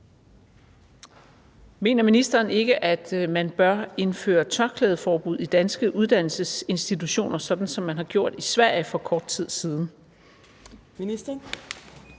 Mener ministeren ikke, at man bør indføre tørklædeforbud i danske uddannelsesinstitutioner, sådan som man har gjort i Sverige for kort tid siden? Fjerde